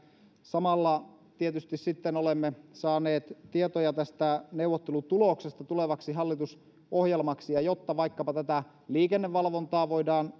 samalla tietysti sitten olemme saaneet tietoja tästä neuvottelutuloksesta tulevaksi hallitusohjelmaksi ja jotta vaikkapa tätä liikennevalvontaa voidaan